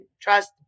Trust